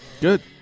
Good